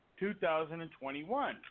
2021